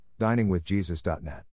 diningwithjesus.net